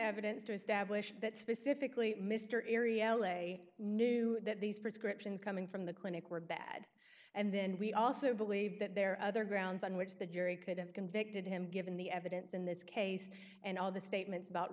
evidence to establish that specifically mr arry l a knew that these prescriptions coming from the clinic were bad and then we also believe that there are other grounds on which the jury could have convicted him given the evidence in this case and all the statements about